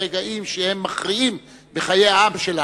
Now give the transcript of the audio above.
ברגעים שהם מכריעים בחיי העם שלנו,